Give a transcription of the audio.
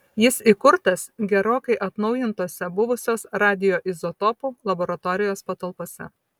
jis įkurtas gerokai atnaujintose buvusios radioizotopų laboratorijos patalpose